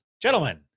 Gentlemen